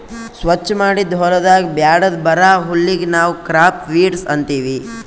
ಸ್ವಚ್ ಮಾಡಿದ್ ಹೊಲದಾಗ್ ಬ್ಯಾಡದ್ ಬರಾ ಹುಲ್ಲಿಗ್ ನಾವ್ ಕ್ರಾಪ್ ವೀಡ್ಸ್ ಅಂತೀವಿ